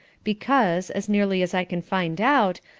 because, as nearly as i can find out,